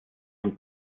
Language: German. von